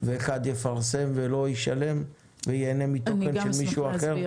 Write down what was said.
ואחד יפרסם ולא ישלם וייהנה מתוכן של מישהו אחר?